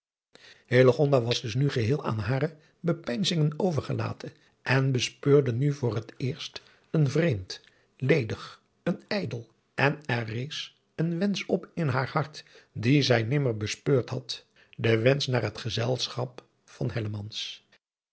was dus nu geheel aan hare eigen bepeinzingen overgelaten en bespeurde nu voor het eerst een vreemd ledig een ijdel adriaan loosjes pzn het leven van hillegonda buisman en er rees een wensch op in haar hart dien zij nimmer bespeurd had de wensch naar het gezelschap van